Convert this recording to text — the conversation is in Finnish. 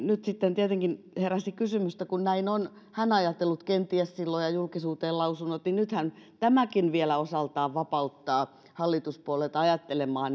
nyt tietenkin heräsi kysymys että kun hän on näin ajatellut kenties silloin ja julkisuuteen lausunut niin nythän tämäkin vielä osaltaan vapauttaa hallituspuolueita ajattelemaan